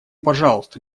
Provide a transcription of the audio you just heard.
пожалуйста